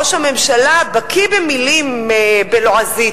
ראש הממשלה בקי במלים בלועזית.